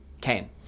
came